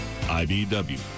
IBW